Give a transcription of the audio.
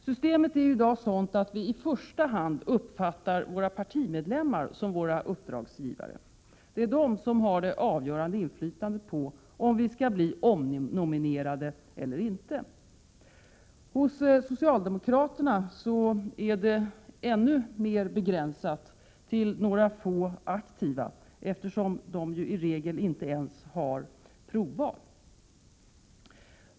Systemet är i dag sådant att vi i första hand uppfattar våra partimedlemmar som våra uppdragsgivare. Det är de som har det avgörande inflytandet om vi skall bli omnominerade eller inte. 7 Hos socialdemokraterna är det ännu mer begränsat till några få aktiva, eftersom de ju i regel inte ens har provval.